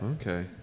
Okay